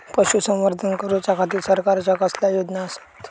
पशुसंवर्धन करूच्या खाती सरकारच्या कसल्या योजना आसत?